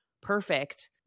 perfect